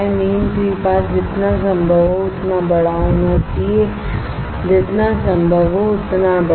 mean free path जितना संभव हो उतना बड़ा होना चाहिए जितना संभव हो उतना बड़ा